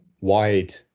wide